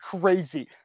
crazy